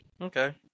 Okay